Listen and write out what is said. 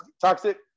toxic